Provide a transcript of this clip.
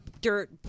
dirt